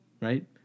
right